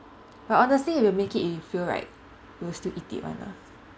but honestly if you make it you fail right you will still eat it [one] ah